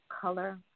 color